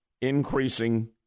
increasing